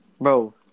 Bro